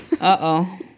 uh-oh